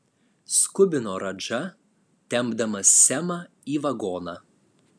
skubino radža tempdamas semą į vagoną